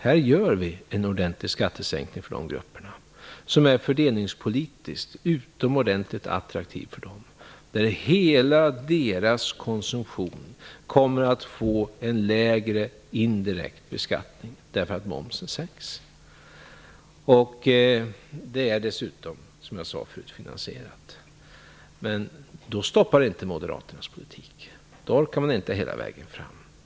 Här genomför vi en ordentlig skattesänkning för dessa grupper, som fördelningspolitiskt är utomordentligt attraktiv för dem. Hela deras konsumtion kommer att få en lägre indirekt beskattning, därför att momsen sänks. Den är dessutom finansierad, som jag sade tidigare. Men då stoppar inte Moderaternas politik. Då orkar de inte hela vägen fram.